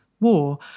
war